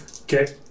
Okay